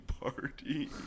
party